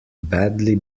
badly